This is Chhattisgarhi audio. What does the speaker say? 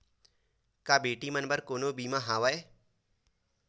का बेटी मन बर कोनो बीमा हवय?